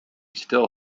still